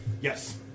Yes